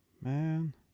Man